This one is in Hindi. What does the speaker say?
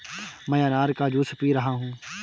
मैं अनार का जूस पी रहा हूँ